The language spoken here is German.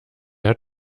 hat